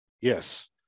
Yes